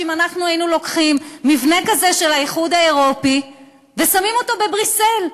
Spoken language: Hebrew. אם אנחנו היינו לוקחים מבנה כזה של האיחוד האירופי ושמים אותו בבריסל,